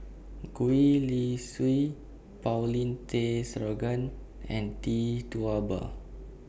Gwee Li Sui Paulin Tay Straughan and Tee Tua Ba